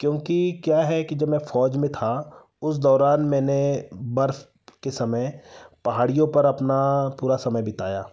क्योंकि क्या है कि जब मैं फ़ौज में था उस दौरान मैंने बर्फ़ के समय पहाड़ियों पर अपना पूरा समय बिताया